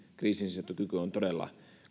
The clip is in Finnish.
kriisinsietokyky on todella